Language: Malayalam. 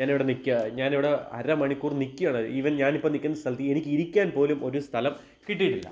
ഞാനിവിടെ നില്ക്കുകയാണ് ഞാനിവിടെ അര മണിക്കൂർ നില്ക്കുകയാണ് ഈവൻ ഞാനിപ്പോള് നില്ക്കുന്ന സ്ഥലത്ത് എനിക്കിരിക്കാൻ പോലും ഒരു സ്ഥലം കിട്ടിയിട്ടില്ല